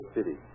City